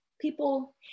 people